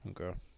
Okay